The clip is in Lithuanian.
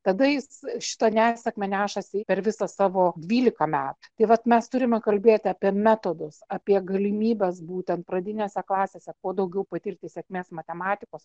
tada jis šitą nesėkmę nešasi per visą savo dvylika metų tai vat mes turime kalbėti apie metodus apie galimybes būtent pradinėse klasėse kuo daugiau patirti sėkmės matematikos